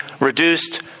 reduced